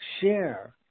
share